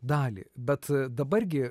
dalį bet dabar gi